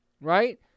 right